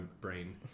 brain